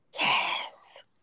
Yes